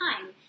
time